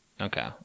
Okay